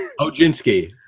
Ojinski